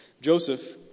Joseph